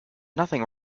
nothing